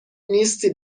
نیستی